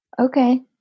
Okay